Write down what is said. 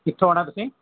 ਕਿੱਥੋਂ ਆਉਣਾ ਤੁਸੀਂ